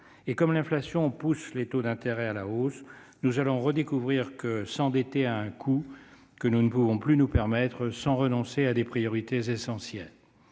Et comme l'inflation pousse les taux d'intérêt à la hausse, nous allons redécouvrir que s'endetter a un coût, que nous ne pouvons plus nous permettre sans renoncer à des priorités essentielles.